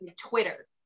Twitter